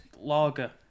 lager